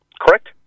Correct